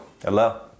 Hello